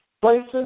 places